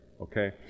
Okay